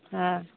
हँ